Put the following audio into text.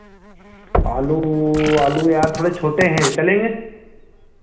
आलू आलू यार थोड़े छोटे हैं चलेंगे